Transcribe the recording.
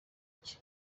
buke